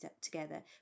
together